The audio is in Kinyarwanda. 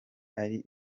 ari